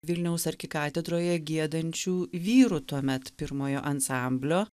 vilniaus arkikatedroje giedančių vyrų tuomet pirmojo ansamblio